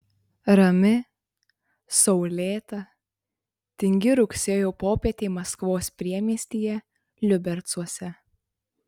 rami saulėta tingi rugsėjo popietė maskvos priemiestyje liubercuose